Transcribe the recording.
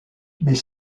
mais